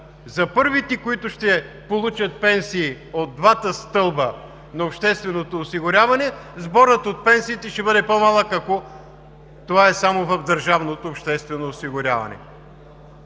За първите, които ще получат пенсии от двата стълба на общественото осигуряване, сборът от пенсиите ще бъде по-малък, ако това е само в държавното обществено осигуряване.